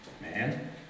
Man